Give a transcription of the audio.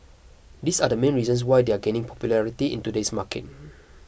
these are the main reasons why they are gaining popularity in today's market